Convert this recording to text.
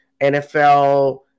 NFL